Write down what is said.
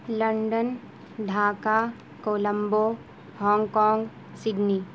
London Dhaka Colombo Hong Kong Sydney